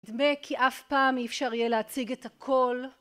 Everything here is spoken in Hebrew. נדמה כי אף פעם אי אפשר יהיה להציג את הכל